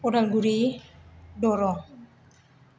Udalguri Darrang